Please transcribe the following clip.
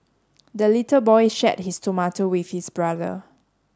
the little boy shared his tomato with his brother